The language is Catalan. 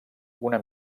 una